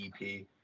EP